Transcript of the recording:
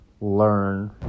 Learn